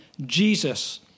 Jesus